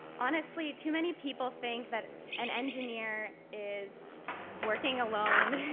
honestly, too many people think that an engineer is working alone